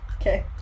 Okay